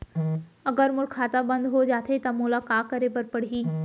अगर मोर खाता बन्द हो जाथे त मोला का करे बार पड़हि?